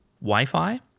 Wi-Fi